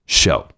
show